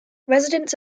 residents